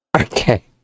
Okay